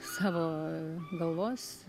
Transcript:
savo galvos